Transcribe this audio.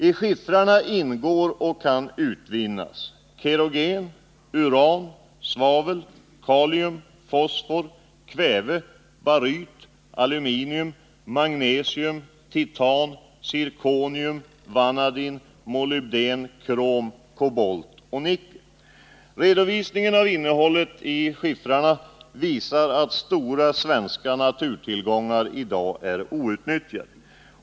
I skiffrarna ingår och kan utvinnas: kerogen, uran, svavel, kalium, fosfor, kväve, baryt, aluminium, magnesium, titan, zirkonium, vanadin, molybden, krom, kobolt och nickel. Redovisningen av innehållet i skiffrarna visar att stora svenska naturtillgångar i dag är outnyttjade.